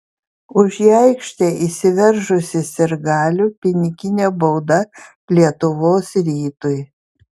už į aikštę įsiveržusį sirgalių piniginė bauda lietuvos rytui